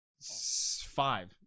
Five